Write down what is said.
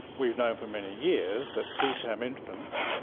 we've known for many years that preterm infants,